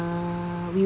ah